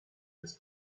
had